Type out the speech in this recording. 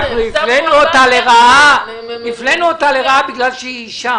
אנחנו הפלינו אותה לרעה בגלל שהיא אישה.